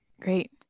Great